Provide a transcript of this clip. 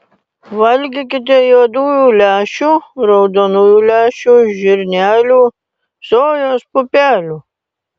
valgykite juodųjų lęšių raudonųjų lęšių žirnelių sojos pupelių